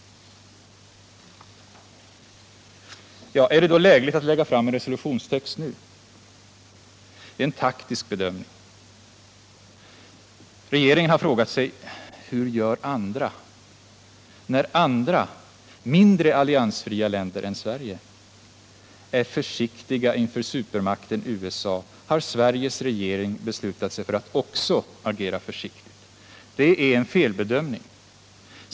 Är det då lägligt att lägga fram en resolutionstext nu? Det är en taktisk bedömning. Regeringen har frågat sig: Hur gör andra? När andra, mindre alliansfria länder än Sverige, är försiktiga inför supermakten USA har Sveriges regering beslutat sig för att också agera försiktigt. Det är en felbedömning.